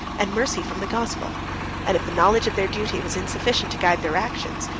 and mercy from the gospel and if the knowledge of their duty was insufficient to guide their actions,